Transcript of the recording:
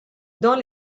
dans